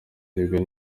uruguay